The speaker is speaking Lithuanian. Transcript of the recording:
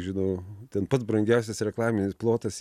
žinau ten pats brangiąsias reklaminis plotas